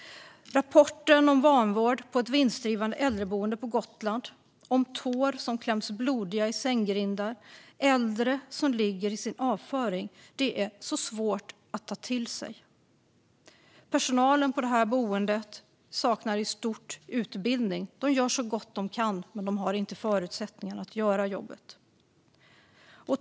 Rapporterna om vanvård på ett vinstdrivande äldreboende på Gotland, om tår som kläms blodiga i sänggrindar, äldre som ligger i sin avföring, är svåra att ta till sig. Personalen på boendet saknar i stort utbildning. De gör så gott de kan, men de har inte förutsättningarna att göra jobbet.